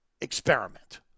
experiment